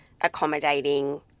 accommodating